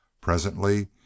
Presently